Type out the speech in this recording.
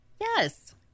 yes